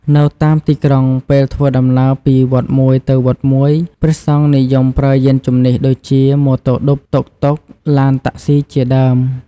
នៅតាមទីក្រុង ពេលធ្វើដំណើរពីវត្តមួយទៅវត្តមួយ ព្រះសង្ឃនិយមប្រើយានជំនិះដូចជា ម៉ូតូឌុប តុកតុក ឡានតាក់សុីជាដើម។